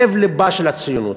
לב-לבה של הציונות.